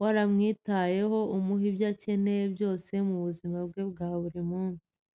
waramwitayeho umuha ibyo akeneye byose mu buzima bwe bwa buri munsi.